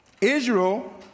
Israel